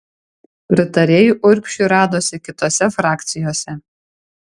pritarėjų urbšiui radosi kitose frakcijose